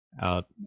out